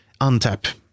untap